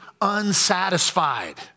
unsatisfied